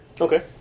Okay